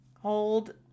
Hold